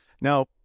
Now